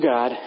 God